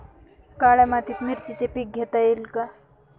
काळ्या मातीत मिरचीचे पीक घेता येईल का?